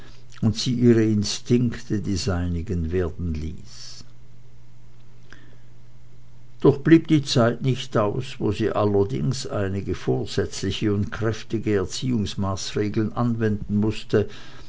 und sie ihre instinkte die seinigen werden ließ doch blieb die zeit nicht aus wo sie allerdings einige vorsätzliche und kräftige erziehungsmaßregeln anwenden mußte